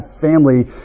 family